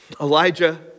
Elijah